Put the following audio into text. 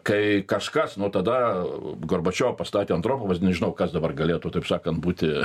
kai kažkas nuo tada gorbačiovą pastatė andropovas nežinau kas dabar galėtų taip sakant būti